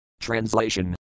Translation